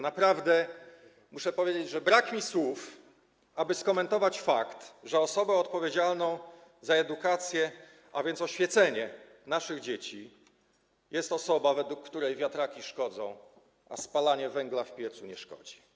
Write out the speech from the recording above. Naprawdę, muszę powiedzieć, że brak mi słów, aby skomentować fakt, że osobą odpowiedzialną za edukację, a więc oświecenie, naszych dzieci, jest osoba, według której wiatraki szkodzą, a spalanie węgla w piecu nie szkodzi.